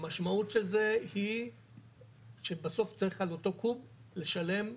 המשמעות של זה היא שבסוף צריך על אותו קוב לשלם פעמיים,